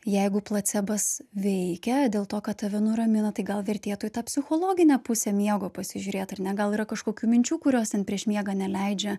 jeigu placebas veikia dėl to kad tave nuramina tai gal vertėtų į tą psichologinę pusę miego pasižiūrėt ar ne gal yra kažkokių minčių kurios ten prieš miegą neleidžia